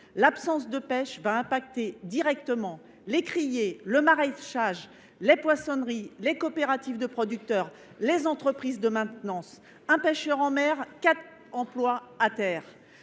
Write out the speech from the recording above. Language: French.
L’absence de pêche va affecter directement les criées, le maraîchage, les poissonneries, les coopératives de producteurs et les entreprises de maintenance. Un pêcheur en mer, c’est quatre emplois à terre.